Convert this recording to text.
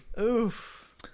Oof